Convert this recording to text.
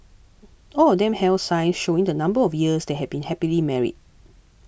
all of them held signs showing the number of years they had been happily married